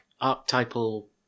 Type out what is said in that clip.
archetypal